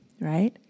right